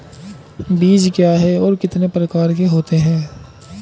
बीज क्या है और कितने प्रकार के होते हैं?